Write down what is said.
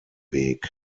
weg